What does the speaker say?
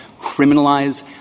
criminalize